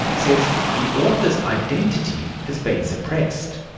says the author's identity has been suppressed.